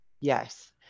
Yes